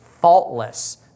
faultless